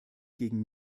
gegen